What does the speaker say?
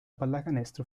pallacanestro